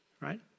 right